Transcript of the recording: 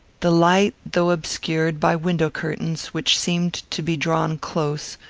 the light, though obscured by window-curtains, which seemed to be drawn close,